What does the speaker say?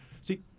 See